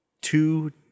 two –